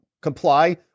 comply